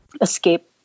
escape